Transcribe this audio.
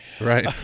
Right